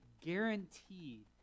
guaranteed